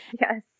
Yes